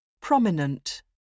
Prominent